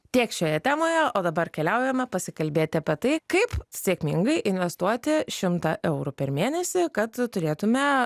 tiek šioje temoje o dabar keliaujame pasikalbėti apie tai kaip sėkmingai investuoti šimtą eurų per mėnesį kad turėtume